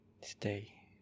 Stay